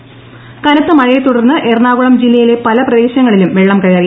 എറണാകുളം മഴ കനത്തമഴയെ തുടർന്ന് എറണാകുളം ജില്ലയിലെ പല പ്രദേശങ്ങളിലും വെള്ളം കയറി